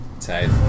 Tight